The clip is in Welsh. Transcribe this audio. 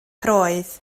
roedd